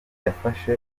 yafashe